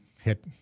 hit